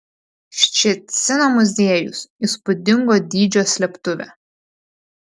ščecino muziejus įspūdingo dydžio slėptuvė